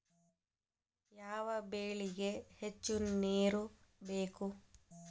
ಯಾವ ಬೆಳಿಗೆ ಹೆಚ್ಚು ನೇರು ಬೇಕು?